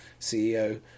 CEO